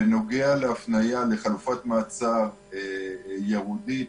בנוגע להפניה לחלופת מעצר ייעודית,